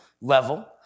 level